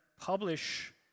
publish